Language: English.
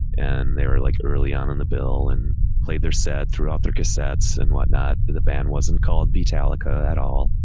and they were like early on in the bill and played their set throughout their cassettes and whatnot. the the band wasn't called beatallica at all.